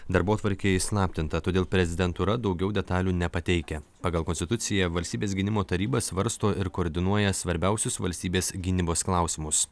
darbotvarkė įslaptinta todėl prezidentūra daugiau detalių nepateikia pagal konstituciją valstybės gynimo taryba svarsto ir koordinuoja svarbiausius valstybės gynybos klausimus